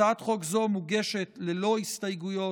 הצעת חוק זו מוגשת ללא הסתייגויות,